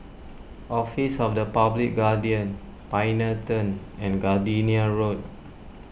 Office of the Public Guardian Pioneer Turn and Gardenia Road